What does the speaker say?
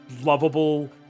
lovable